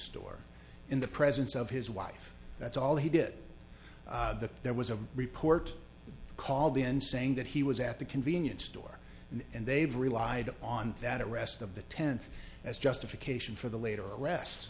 store in the presence of his wife that's all he did there was a report called in saying that he was at the convenience store and they've relied on that arrest of the tenth as justification for the later arrest